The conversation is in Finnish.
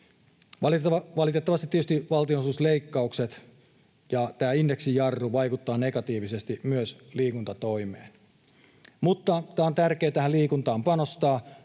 Valitettavasti tietysti valtionosuusleikkaukset ja tämä indeksijarru vaikuttavat negatiivisesti myös liikuntatoimeen. Mutta on tärkeää tähän liikuntaan panostaa.